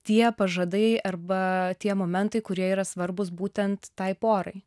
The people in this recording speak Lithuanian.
tie pažadai arba tie momentai kurie yra svarbūs būtent tai porai